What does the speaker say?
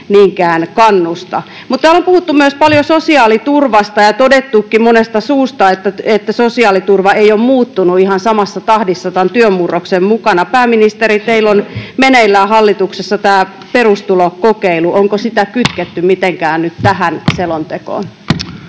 niinkään kannusta. Täällä on puhuttu myös paljon sosiaaliturvasta ja todettukin monesta suusta, että sosiaaliturva ei ole muuttunut ihan samassa tahdissa tämän työn murroksen kanssa. Pääministeri, teillä on meneillään hallituksessa tämä perustulokokeilu, onko sitä kytketty mitenkään nyt tähän selontekoon?